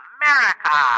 America